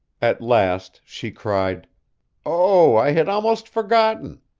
at last she cried oh, i had almost forgotten.